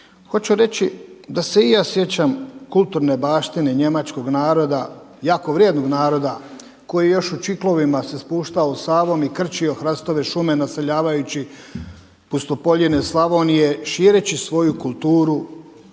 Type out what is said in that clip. Hoću reći da se i ja sjećam kulturne baštine njemačkog naroda jako vrijednog naroda koji je još u Čiklovima se spuštao Savom i krčio hrastove šume naseljavajući pustopoljine Slavonije šireći svoju kulturu,